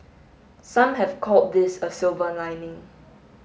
some have called this a silver lining